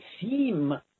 seem